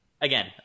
again